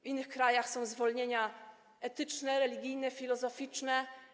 W innych krajach są zwolnienia etyczne, religijne, filozoficzne.